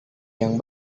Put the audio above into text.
yang